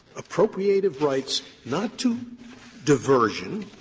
appropriated rights not to diversion,